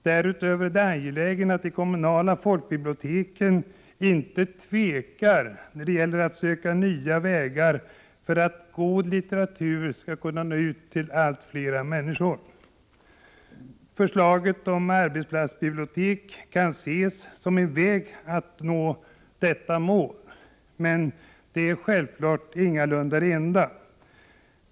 Därutöver är det angeläget att de kommunala folkbiblioteken inte tvekar att söka nya vägar för att god litteratur skall kunna nå ut till allt fler människor. Förslaget om arbetsplatsbibliotek kan ses som en väg för att nå detta mål. Men det är självfallet ingalunda den enda vägen.